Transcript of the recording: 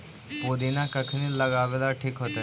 पुदिना कखिनी लगावेला ठिक होतइ?